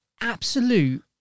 absolute